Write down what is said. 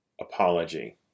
apology